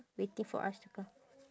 waiting for us to co~